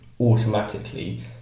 automatically